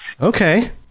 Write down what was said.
okay